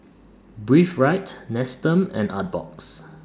Breathe Right Nestum and Artbox